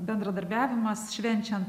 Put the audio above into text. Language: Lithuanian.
bendradarbiavimas švenčiant